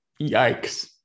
yikes